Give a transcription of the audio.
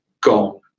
Gone